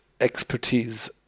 expertise